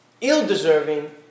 ill-deserving